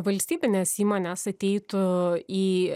valstybinės įmonės ateitų į